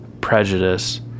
prejudice